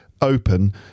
open